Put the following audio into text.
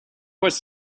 was